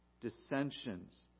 Dissensions